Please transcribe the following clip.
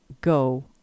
go